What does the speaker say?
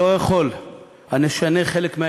הנשנה חלק,